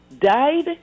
died